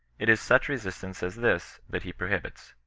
it is such resistance as this that he prohibits.